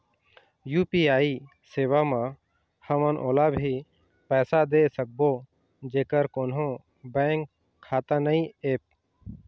UPI सेवा म हमन ओला भी पैसा दे सकबो जेकर कोन्हो बैंक खाता नई ऐप?